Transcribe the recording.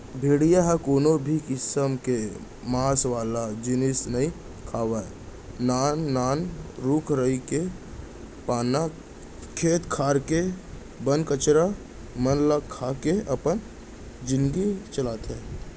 भेड़िया ह कोनो भी किसम के मांस वाला जिनिस नइ खावय नान नान रूख राई के पाना, खेत खार के बन कचरा मन ल खा के अपन जिनगी चलाथे